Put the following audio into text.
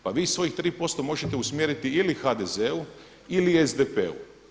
Pa vi svojih 3% možete usmjeriti ili HDZ-u ili SDP-u.